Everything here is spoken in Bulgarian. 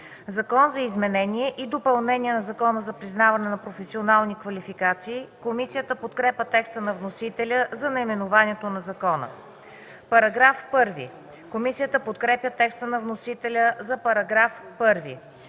Закон за изменение и допълнение на Закона за признаване на професионални квалификации.” Комисията подкрепя текста на вносителя за наименованието на закона. Комисията подкрепя текста на вносителя за § 1.